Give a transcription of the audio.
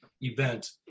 event